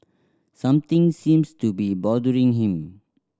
something seems to be bothering him